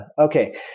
Okay